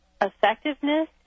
effectiveness